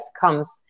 comes